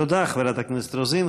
תודה, חברת הכנסת רוזין.